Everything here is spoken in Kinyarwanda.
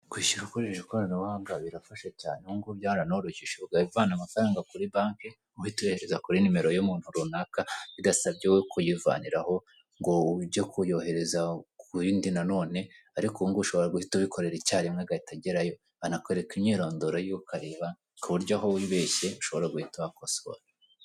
Kwishyura ukoresheje ikoranabuhanga birafasha cyane ubu ngubu byara noroshye usigaye uvana amafaranga kuri banki uhita uyagezaza kuri nimero y'umuntu runaka, bidasabye we kuyivaniraho ngo ujya kuyohereza ku yindi nanone, ariko ubu ngo ushobora guhita ubikorera icyarimwe agahita agerayo banakwereka imyirondoro yiwe ukareba ku buryo aho wibeshye ushobora guhita wakosora.